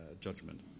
judgment